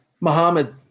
Muhammad